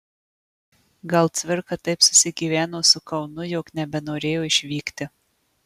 gal cvirka taip susigyveno su kaunu jog nebenorėjo išvykti